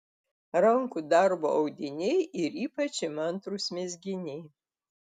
rankų darbo audiniai ir ypač įmantrūs mezginiai